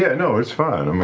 yeah no, it's fine. um